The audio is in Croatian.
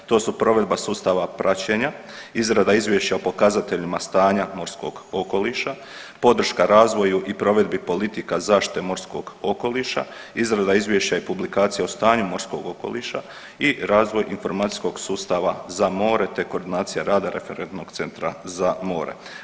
To su provedba sustava praćenja, izrada izvješća o pokazateljima stanja morskog okoliša, podrška razvoju i provedbi politika zaštite morskog okoliša, izrada izvješća i publikacija o stanju morskog okoliša i razvoj informacijskog sustava za more te koordinacija rada Referentnog centra za more.